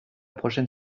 prochaine